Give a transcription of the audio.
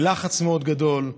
בלחץ מאוד גדול,